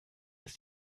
ist